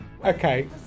okay